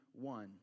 one